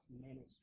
ministry